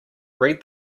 read